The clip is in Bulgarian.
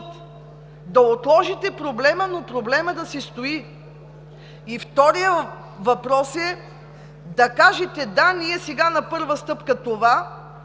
да отложите проблема, но проблемът щe си стои. Вторият въпрос е да кажете: „Да, ние сега на първа стъпка –това,